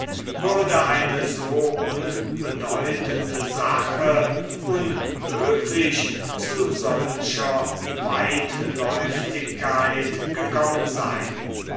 würde eine so unbedeutende sache ohnmöglich zu solcher weitläuftigkeit gekommen sein